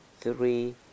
three